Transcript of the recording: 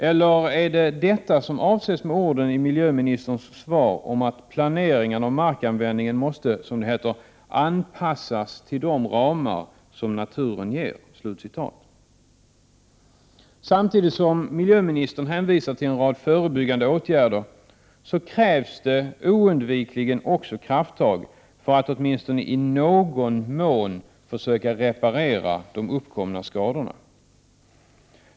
Eller är det detta som avses med orden i miljöministerns svar om att planeringen av markanvändningen måste ”anpassas till de ramar som naturen ger”? Samtidigt som miljöministern hänvisar till en rad förebyggande åtgärder krävs det oundvikligen också krafttag för att åtminstone i någon mån reparera de uppkomna skadorna.